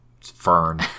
fern